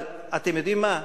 אבל אתם יודעים מה?